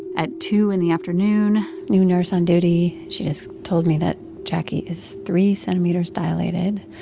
at two in the afternoon. new nurse on duty she has told me that jacquie is three centimeters dilated,